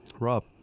Rob